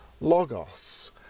logos